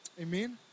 Amen